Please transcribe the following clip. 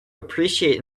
appreciate